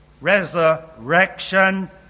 resurrection